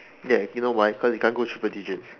ya you know why cause you can't go triple digits